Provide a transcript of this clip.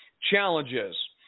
challenges